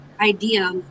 idea